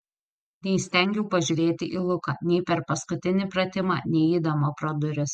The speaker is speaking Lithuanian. neįstengiau pažiūrėti į luką nei per paskutinį pratimą nei eidama pro duris